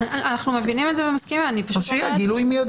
אז שיהיה גילוי מידי.